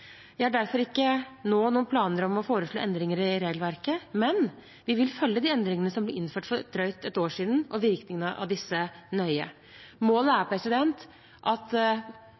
Jeg har derfor ikke nå noen planer om å foreslå endringer i regelverket, men vi vil følge de endringene som ble innført for drøyt et år siden, og virkningene av disse, nøye. Målet er at